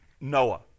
Noah